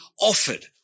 offered